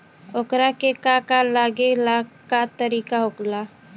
ओकरा के का का लागे ला का तरीका होला?